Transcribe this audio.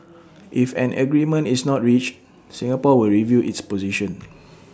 if an agreement is not reached Singapore will review its position